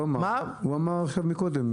הוא אמר מקודם,